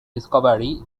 discovery